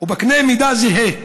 ובקנה מידה זהה.